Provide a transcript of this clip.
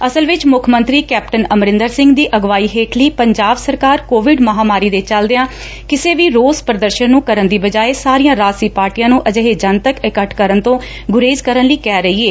ਅਸਲ ਵਿਚ ਮੁੱਖ ਮੰਤਰੀ ਕੈਪਟਨ ਅਮਰਿੰਦਰ ਸਿੰਘ ਦੀ ਅਗਵਾਈ ਹੇਠਲੀ ਪੰਜਾਬ ਸਰਕਾਰ ਕੋਵਿਡ ਮਹਾਂਮਾਰੀ ਦੇ ਚੱਲਦਿਆਂ ਕਿਸੇ ਵੀ ਰੋਸ ਪ੍ਰਦਰਸ਼ਨ ਨੰ ਕਰਨ ਦੀ ਬਜਾਏ ਸਾਰੀਆਂ ਰਾਜਸੀ ਪਾਰਟੀਆਂ ਨੂੰ ਅਜਿਹੇ ਜਨਤਕ ਇਕੱਠ ਕਰਨ ਤੋਂ ਗੁਰੇਜ ਕਰਨ ਲਈ ਕਹਿ ਰਹੀ ਏ